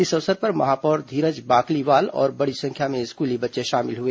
इस अवसर पर महापौर धीरज बाकलीवाल और बड़ी संख्या में स्कूली बच्चे शामिल हुए